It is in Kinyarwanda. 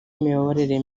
imiyoborere